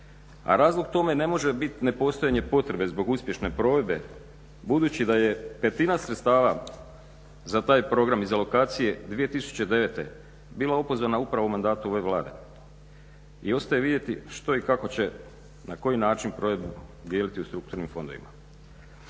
A razlog tome ne može biti nepostojanje potrebe zbog uspješne provedbe budući da je petina sredstava za taj program iz alokacije 2009. bila opozvana upravo u mandatu ove Vlade. I ostaje vidjeti što i kako će, na koji način provedbu dijeliti u strukturnim fondovima.